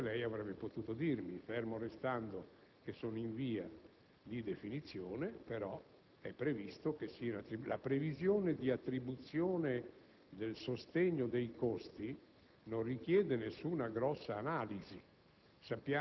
invece che lei avrebbe potuto comunicarli, fermo restando che essi sono in via di definizione, dato che la previsione di attribuzione del sostegno dei costi non richiede nessuna grossa analisi: